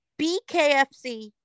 BKFC